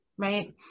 right